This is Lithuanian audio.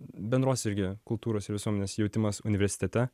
bendros irgi kultūros ir visuomenės jautimas universitete